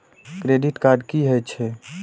Credit card की हे छे?